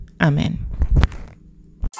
Amen